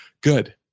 good